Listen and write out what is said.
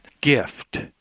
gift